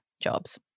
jobs